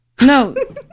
No